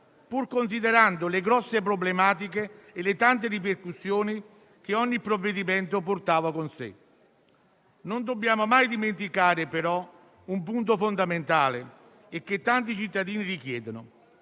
pur considerando le grosse problematiche e le tante ripercussioni che ogni provvedimento portava con sé. Non dobbiamo mai dimenticare, però, un punto fondamentale e che tanti cittadini richiedono: